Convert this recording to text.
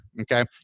okay